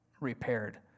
repaired